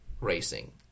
racing